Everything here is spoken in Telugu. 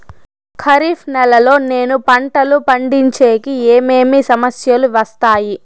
ఖరీఫ్ నెలలో నేను పంటలు పండించేకి ఏమేమి సమస్యలు వస్తాయి?